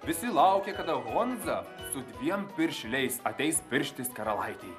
visi laukia kada honza su dviem piršliais ateis pirštis karalaitei